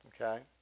okay